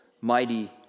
mighty